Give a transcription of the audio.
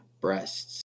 breasts